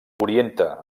orienta